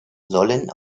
sollen